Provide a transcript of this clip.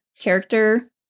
character